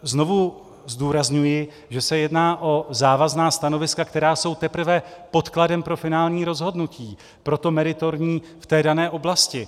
Znovu zdůrazňuji, že se jedná o závazná stanoviska, která jsou teprve podkladem pro finální rozhodnutí, pro to meritorní v té dané oblasti.